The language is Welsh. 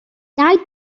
dau